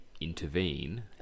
intervene